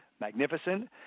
magnificent